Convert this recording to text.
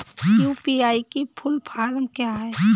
UPI की full form क्या है?